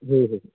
हो हो